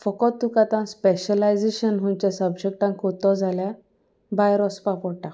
फकत तुका आतां स्पेशलायजेशन खंयच्या सब्जेक्टान करत जाल्यार भायर वचपा पडटा